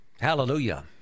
Hallelujah